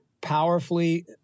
powerfully